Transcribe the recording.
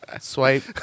Swipe